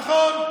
נכון.